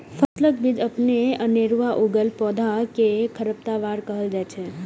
फसलक बीच अपनहि अनेरुआ उगल पौधा कें खरपतवार कहल जाइ छै